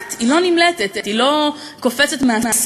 לאט-לאט היא לא נמלטת, היא לא קופצת מהסיר.